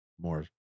more